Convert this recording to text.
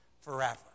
forever